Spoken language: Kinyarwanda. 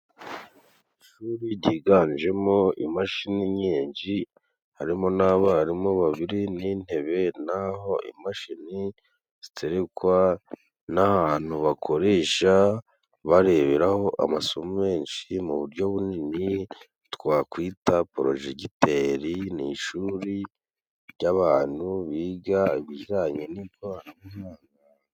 Ishuri ryiganjemo imashini nyinshi, harimo n'abarimu babiri n'intebe, naho imashini ziterekwa, n'ahantu bakoresha bareberaho amasomo menshi, mu buryo bunini twakwita projegiteri, ni ishuri ry'abantu biga ibijyanye n'ikoranabuhanga.